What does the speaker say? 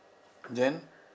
then